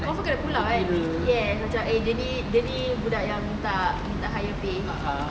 confirm kena pulau kan yes macam eh dia ni budak yang minta minta higher pay